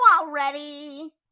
already